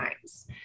times